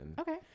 Okay